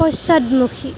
পশ্চাদমুখী